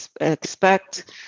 expect